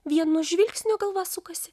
vien nuo žvilgsnio galva sukasi